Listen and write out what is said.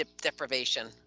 deprivation